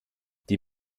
die